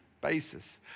basis